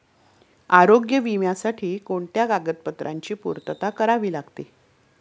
आरोग्य विम्यासाठी कोणत्या कागदपत्रांची पूर्तता करावी लागते?